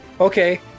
okay